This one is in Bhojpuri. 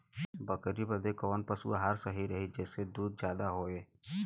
बकरी बदे कवन पशु आहार सही रही जेसे दूध ज्यादा होवे?